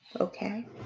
Okay